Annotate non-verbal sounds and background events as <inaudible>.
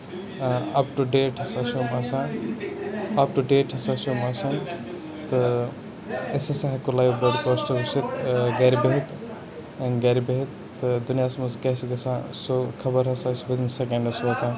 up to date ہسا چھِ یِم آسان اَپ ٹوٗ ڈیٹ ہسا چھِ یِم آسان <unintelligible> گرِ بِہتھ تہٕ دُنیاہَس منٛز کیاہ چھُ گژھان سُہ خبر ہسا چھِ وِدِن سیکَنڈٕس واتان